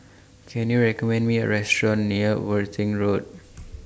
Can YOU recommend Me A Restaurant near Worthing Road